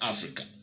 Africa